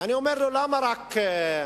ואני אומר לו: למה רק שלטים?